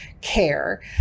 care